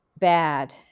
bad